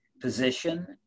position